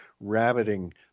rabbiting